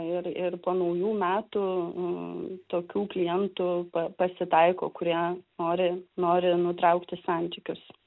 ir ir po naujų metų tokių klientų pasitaiko kurie nori nori nutraukti santykius